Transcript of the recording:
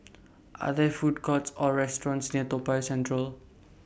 Are There Food Courts Or restaurants near Toa Payoh Central